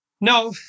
No